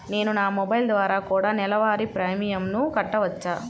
నేను నా మొబైల్ ద్వారా కూడ నెల వారి ప్రీమియంను కట్టావచ్చా?